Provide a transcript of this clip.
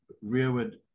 rearward